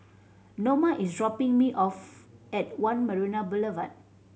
Noma is dropping me off at One Marina Boulevard